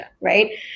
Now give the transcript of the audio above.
right